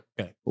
Okay